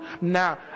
now